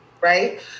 Right